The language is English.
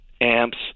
amps